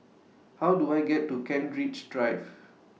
How Do I get to Kent Ridge Drive